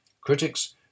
Critics